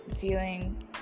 feeling